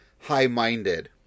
high-minded